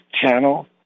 channel